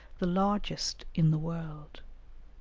the largest in the world.